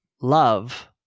love